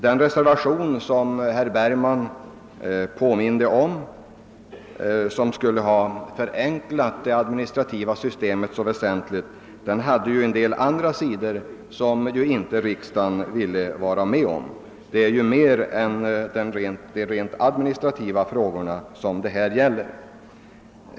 Den reservation som herr Bergman påminde om och som skulle ha förenklat det administrativa systemet så väsentligt hade ju en del andra sidor som riksdagen inte ville godkänna. Det gällde ju här mer än de rent administrativa frågorna.